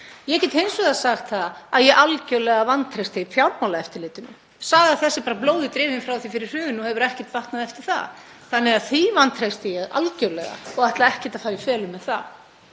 Ég get hins vegar sagt það að ég vantreysti Fjármálaeftirlitinu algerlega. Saga þess er blóði drifin frá því fyrir hrun og hefur ekkert batnað eftir það. Þannig að því vantreysti ég algerlega og ætla ekkert að fara í felur með það.